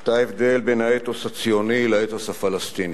את ההבדל בין האתוס הציוני לאתוס הפלסטיני.